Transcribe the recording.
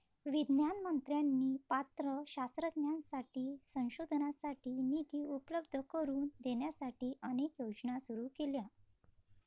विज्ञान मंत्र्यांनी पात्र शास्त्रज्ञांसाठी संशोधनासाठी निधी उपलब्ध करून देण्यासाठी अनेक योजना सुरू केल्या